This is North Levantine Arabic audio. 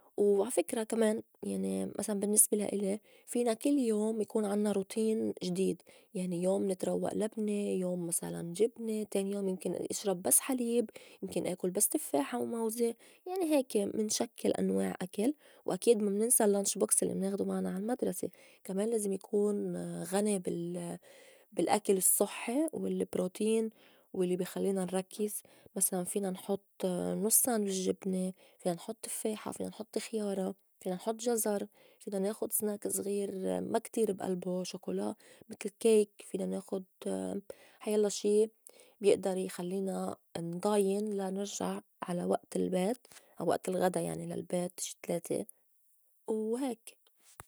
وعا فكرة كمان يعني مسلاً بالنّسبة لا إلي فينا كل يوم يكون عنّا روتين جديد يعني يوم نتروّء لبنة، يوم مسلاً جبنة، تاني يوم يمكن اشرب بس حليب، يمكن آكُل بس تفّاحة وموزة يعني هيكة منشكّل أنواع أكل وأكيد ما مننسى lunch box الّي مناخدو معنا عالمدرسة كمان لازم يكون غني بال- بالأكل الصحّي والبروتين والّي بي خليّنا نركّز مسلاً فينا نحُط نص ساندويش جبنة، فينا نحط تفّاحة، فينا نحط خيارة، فينا نحط جزر، فينا ناخُد سناك زغير ما كتير بألبو شوكولا متل كايك، فينا ناخُد حيلّا شي بيئدر يخلّينا نضاين لا نرجع على وئت البيت أو وئت الغدا يعني للبيت شي تلاتة وهيك.